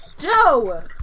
Joe